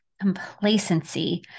complacency